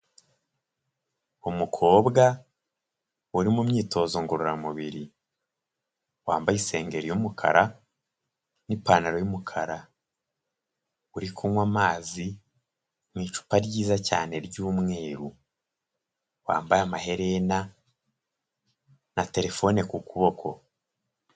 Umukobwa uri mu myitozo ngororamubiri, wambaye isengeri y'umukara n'ipantaro y'umukara uri kunywa amazi mu icupa ryiza cyane ry'umweru wambaye amaherena na terefone ku kuboko.